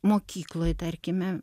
mokykloj tarkime